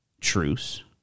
truce